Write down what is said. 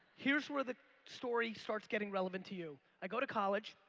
here's where the story starts getting relevant to you. i go to college,